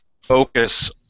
focus